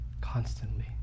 constantly